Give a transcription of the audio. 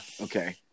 okay